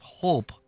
hope